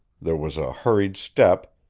there was a hurried step,